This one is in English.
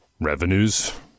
revenues